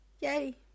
Yay